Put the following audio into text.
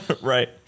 right